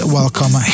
welcome